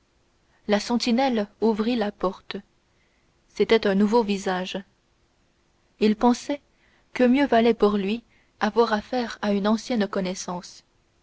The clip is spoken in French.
la sentinelle ouvrit la porte c'était un nouveau visage il pensa que mieux valait pour lui avoir affaire à une ancienne connaissance